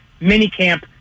minicamp